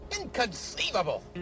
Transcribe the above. Inconceivable